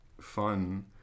fun